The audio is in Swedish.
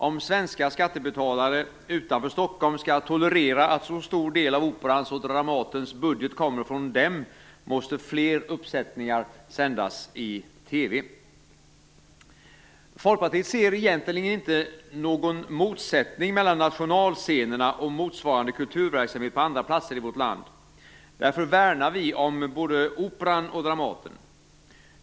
Om svenska skattebetalare utanför Stockholm skall tolerera att så stor del av Operans och Dramatens budget kommer från dem måste fler uppsättningar sändas i Folkpartiet ser egentligen inte någon motsättning mellan nationalscenerna och motsvarande kulturverksamhet på andra platser i vårt land. Därför värnar vi om både Operan och Dramaten.